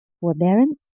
forbearance